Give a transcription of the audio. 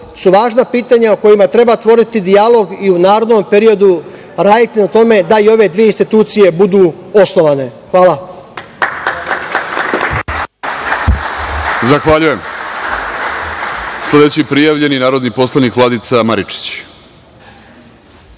su važna pitanja o kojima treba otvoriti dijalog i u narednom periodu raditi na tome da ove dve institucije budu osnovane. Hvala.